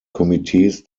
komitees